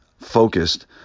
focused